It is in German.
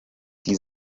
die